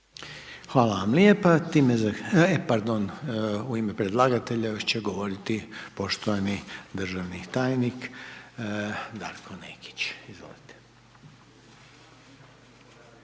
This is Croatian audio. Hvala vam lijepa. Time, pardon, u ime predlagatelja još će govoriti poštovani državni tajnik Darko Nekić, izvolite.